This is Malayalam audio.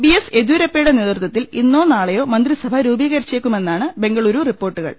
ബി എസ് യെദ്യൂരപ്പയുടെ നേതൃ ത്വത്തിൽ ഇന്നോ നാളെയോ മന്ത്രിസഭ രൂപീകരിച്ചേക്കുമെ ന്നാണ് ബെങ്കളൂരു റിപ്പോർട്ടുകൾ